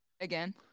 Again